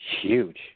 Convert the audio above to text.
huge